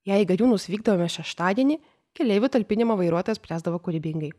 jei į gariūnus vykdomi šeštadienį keleivių talpinimą vairuotojas spręsdavo kūrybingai